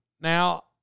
Now